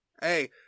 Hey